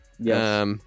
Yes